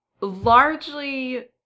largely